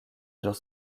dans